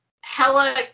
hella